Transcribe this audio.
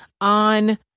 on